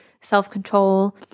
self-control